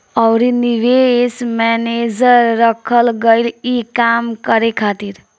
अउरी निवेश मैनेजर रखल गईल ई काम करे खातिर